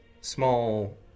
small